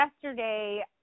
yesterday